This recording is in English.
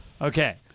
Okay